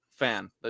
fan